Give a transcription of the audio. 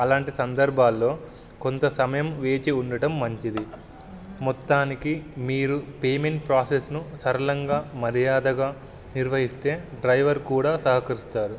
అలాంటి సందర్భాల్లో కొంత సమయం వేచి ఉండటం మంచిది మొత్తానికి మీరు పేమెంట్ ప్రాసెస్ను సరళంగా మర్యాదగా నిర్వహిస్తే డ్రైవర్ కూడా సహకరిస్తారు